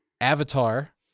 Avatar